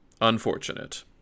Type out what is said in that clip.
unfortunate